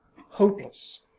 hopeless